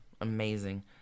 amazing